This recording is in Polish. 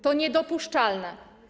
To niedopuszczalne.